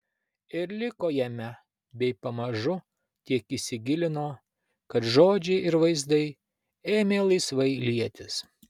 ir liko jame bei pamažu tiek įsigilino kad žodžiai ir vaizdai ėmė laisvai lietis